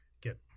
get